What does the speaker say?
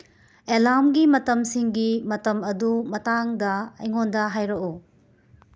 ꯑꯦꯂꯥꯔꯝꯒꯤ ꯃꯇꯝꯁꯤꯡꯒꯤ ꯃꯇꯝ ꯑꯗꯨ ꯃꯇꯥꯡꯗ ꯑꯩꯉꯣꯟꯗ ꯍꯥꯏꯔꯛꯎ